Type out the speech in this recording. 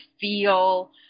feel